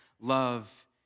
love